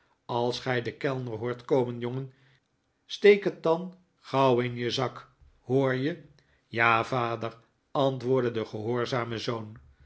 als gij den kellner hoort komen jongen steek het dan gauw in je zak hoor je ja vader antwoordde de gehoorzame zoon